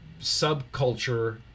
subculture